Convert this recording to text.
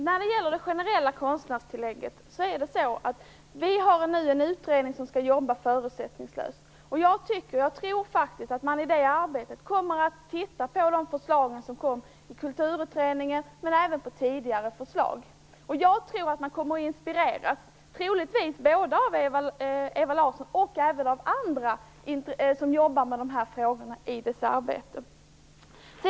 Herr talman! Vi har nu en utredning som skall jobba förutsättningslöst med det generella konstnärstillägget. Jag tror faktiskt att man i det arbetet kommer att titta på de förslag som kommit från Kulturutredningen men även på tidigare förslag. Man kommer troligtvis att i sitt arbete inspireras både av Ewa Larsson och av andra som jobbar med dessa frågor.